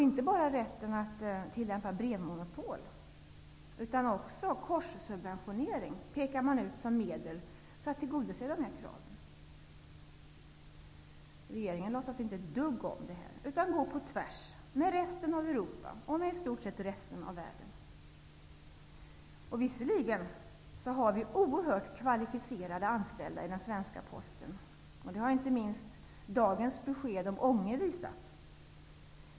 Inte bara rätten att tillämpa brevmonopol utan också korssubventionering pekas ut som medel för att tillgodose kraven. Regeringen låtsas inte ett dugg om det här, utan går på tvärs med resten av Europa och i stort sett resten av världen. Visserligen har vi oerhört kvalificerade anställda i Posten i Sverige. Det har inte minst dagens besked om Ånge visat.